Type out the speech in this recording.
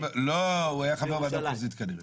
לא, הוא היה חבר ועדה מחוזית כנראה.